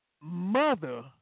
Mother